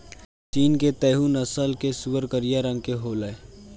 चीन के तैहु नस्ल कअ सूअर करिया रंग के होले